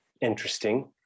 interesting